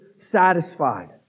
satisfied